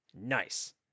nice